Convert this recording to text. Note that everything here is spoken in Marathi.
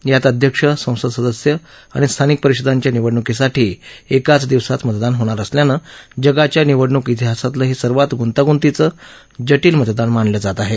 यात अध्यक्ष संसद सदस्य आणि स्थानिक परिषदांच्या निवडणुकीसाठी एकाच दिवसात मतदान होणार असल्यानं जगाच्या निवडणूक इतिहासातलं हे सर्वात गुंतागुंतीचं जटील मतदान मानलं जात आहे